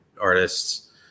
artists